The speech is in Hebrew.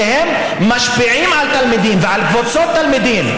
ושמשפיעים על תלמידים ועל קבוצות תלמידים.